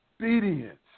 obedience